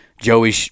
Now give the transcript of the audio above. Joey